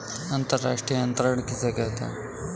अंतर्राष्ट्रीय अंतरण किसे कहते हैं?